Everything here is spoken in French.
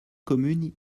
commune